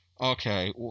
Okay